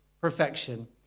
perfection